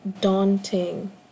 daunting